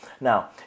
Now